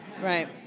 Right